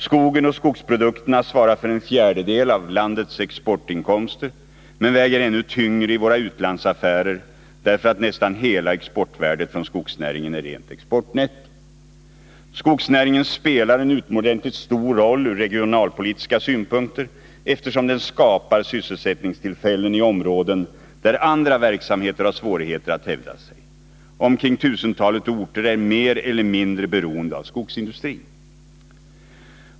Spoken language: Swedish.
Skogen och skogsprodukterna svarar för en fjärdedel av landets exportinkomster men väger ännu tyngre i våra utlandsaffärer därför att nästan hela exportvärdet från skogsnäringen är rent exportnetto. Skogsnäringen spelar en utomordentligt stor roll ur regionalpolitiska synpunkter, eftersom den skapar sysselsättningstillfällen i områden där andra verksamheter har svårigheter att hävda sig. Omkring tusentalet orter är mer eller mindre beroende av skogsindustrin.